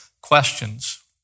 questions